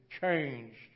changed